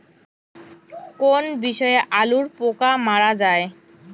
কোন বিষে আলুর পোকা মারা যায়?